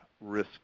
risk